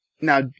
now